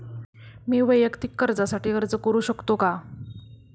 मी वैयक्तिक कर्जासाठी अर्ज करू शकतो का?